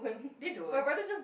they don't